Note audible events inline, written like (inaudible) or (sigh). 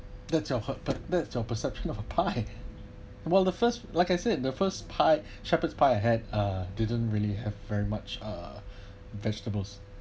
that's your hur~ but that's your perception of a pie (laughs) while the first like I said the first pie shepherd's pie I had uh didn't really have very much uh vegetables